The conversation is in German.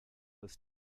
ist